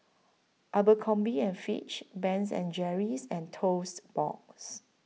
Abercrombie and Fitch Ben and Jerry's and Toast Box